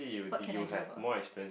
what can I do about it